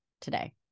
today